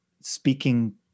speaking